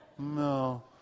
no